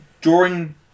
drawing